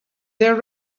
there